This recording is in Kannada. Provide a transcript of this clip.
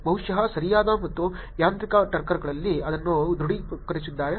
ಬಹುಶಃ ಸರಿಯಾದ ಮತ್ತು ಯಾಂತ್ರಿಕ ಟರ್ಕರ್ಗಳು ಅದನ್ನು ದೃಢಪಡಿಸಿದ್ದಾರೆ